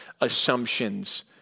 assumptions